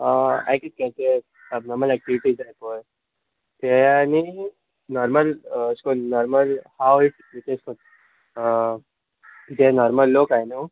हांयें कितें केलें चोय अबनॉर्मल एक्टिविटीज आहाय पय ते आनी नॉर्मल अेश कोन्न नॉर्मल हाव इट इज एशे कोन जे नॉर्मल लोक आहाय न्हू